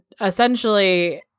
essentially